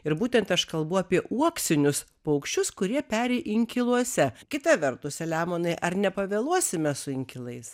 ir būtent aš kalbu apie uoksinius paukščius kurie peri inkiluose kita vertus selemonai ar nepavėluosime su inkilais